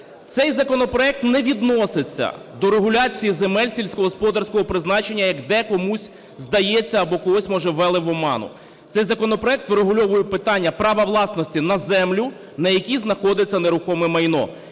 Цей законопроект не відноситься до регуляції земель сільськогосподарського призначення, як декому здається, або когось, може, ввели в оману. Цей законопроект врегульовує питання права власності на землю, на якій знаходиться нерухоме майно,